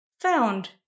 found